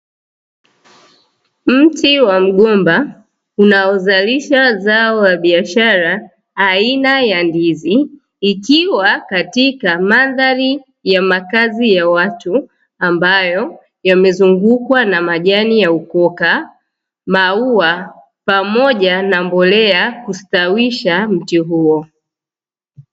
Mti wa mgomba unaozalisha zao wa biashara aina ya ndizi ikiwa katika mandhari ya makazi ya watu, ambayo yamezungukwa na majani ya ukoka, maua pamoja na mbolea kustawisha mti huo.